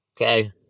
Okay